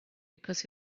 because